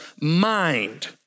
mind